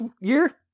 year